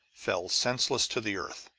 fell senseless to the earth.